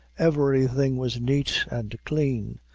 everything was neat and clean,